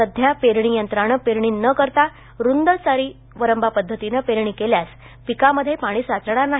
साध्या पेरणी यंत्राने पेरणी न करता रुंद सारी वरंभा पद्धतीने पेरणी केल्यास पिकामध्ये पाणी साचणार नाही